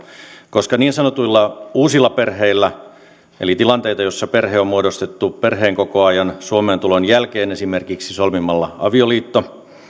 koska niin sanotuilla uusilla perheillä eli tilanteissa joissa perhe on muodostettu perheenkokoajan suomeen tulon jälkeen esimerkiksi solmimalla avioliitto